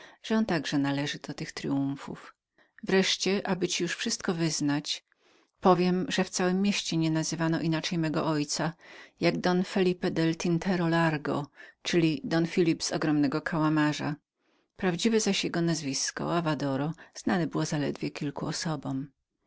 on także należy do tych tryumfów wreszcie aby ci już wszystko wyznać powiem że w całem mieście nie nazywano inaczej mego ojca jak don phelipe del tintero largo czyli don filip z ogromnego kałamarza prawdziwe zaś jego nazwisko avadoro zaledwie znanem było od kilku osób